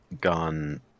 gone